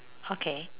okay